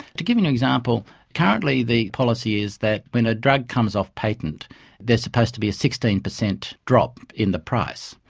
to give you an example, currently the policy is that when a drug comes off patent there is supposed to be a sixteen percent drop in the price.